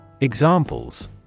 Examples